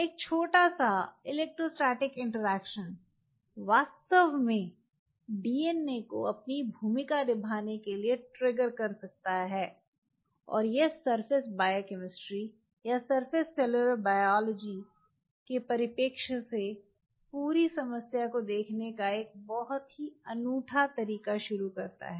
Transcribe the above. एक छोटा सा इलेक्ट्रोस्टैटिक इंटरैक्शन वास्तव में डीएनए को अपनी भूमिका निभाने के लिए ट्रिगर कर सकता है और यह सरफेस बायोकैमिस्ट्री या सरफेस सेलुलर बॉयोलॉजी के परिप्रेक्ष्य से पूरी समस्या को देखने का एक बहुत ही अनूठा तरीका शुरू करता है